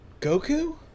Goku